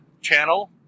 channel